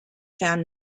found